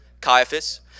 Caiaphas